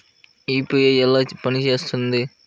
UPI ఎలా పనిచేస్తుంది?